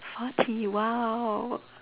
forty !wow!